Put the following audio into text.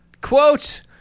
Quote